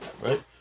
right